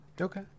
Okay